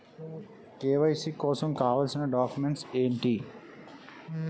KYC కోసం కావాల్సిన documents ఎంటి?